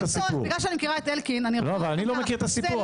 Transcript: בגלל שאני מכירה את אלקין --- אבל אני לא מכיר את הסיפור,